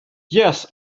yes